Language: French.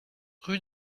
rue